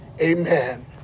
amen